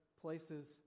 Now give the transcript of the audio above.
places